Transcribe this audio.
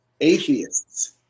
Atheists